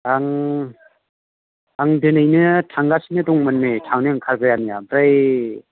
आं आं दिनैनो थांगासिनो दंमोन नै थांनो ओंखारबायानो ओमफ्राय